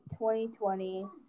2020